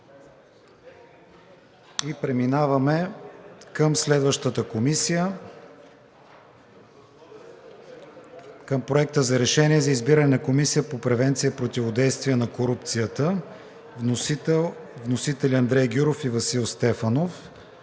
и преминаваме към следващата комисия, към Проекта за решение за избиране на Комисия по превенция и противодействие на корупцията. Вносители – Андрей Гюров и Васил Стефанов.